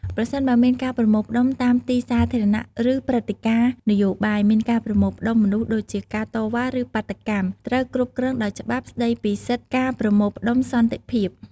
ប្រសិនបើមានការប្រមូលផ្តុំតាមទីសាធារណៈ ឬព្រឹត្តិការណ៍នយោបាយមានការប្រមូលផ្តុំមនុស្ស ដូចជា ការតវ៉ា ឬបាតុកម្ម ត្រូវគ្រប់គ្រងដោយច្បាប់ស្ដីពីសិទ្ធិការប្រមូលផ្តុំសន្តិភាព។